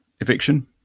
eviction